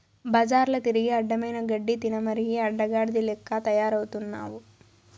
బజార్ల తిరిగి అడ్డమైన గడ్డి తినమరిగి అడ్డగాడిద లెక్క తయారవుతున్నావు